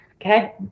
Okay